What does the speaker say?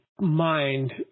mind